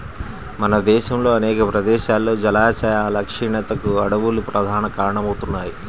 మన దేశంలో అనేక ప్రదేశాల్లో జలాశయాల క్షీణతకు అడవులు ప్రధాన కారణమవుతున్నాయి